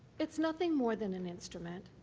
it's nothing more than an instrument,